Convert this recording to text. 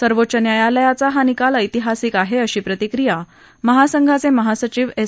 सर्वोच्च न्यायालयाचा हा निकाल ऐतिहासिक आहे अशी प्रतिक्रिया महासंघाचे महासचिव एस